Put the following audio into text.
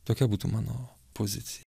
tokia būtų mano pozicija